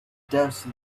does